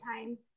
time